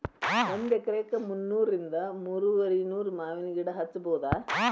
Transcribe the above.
ಒಂದ ಎಕರೆಕ ಮುನ್ನೂರಿಂದ ಮೂರುವರಿನೂರ ಮಾವಿನ ಗಿಡಾ ಹಚ್ಚಬೌದ